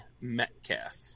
Metcalf